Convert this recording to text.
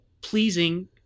pleasing